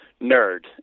nerd